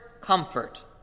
comfort